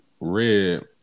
Red